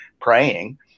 praying